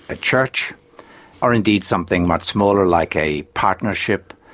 a church or indeed something much smaller like a partnership.